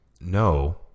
no